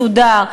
מסודר.